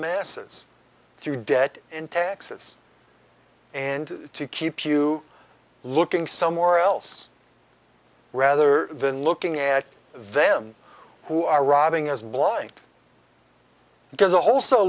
masses through debt and taxes and to keep you looking somewhere else rather than looking at them who are robbing us blind because a wholes